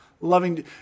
loving